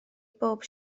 bob